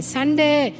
Sunday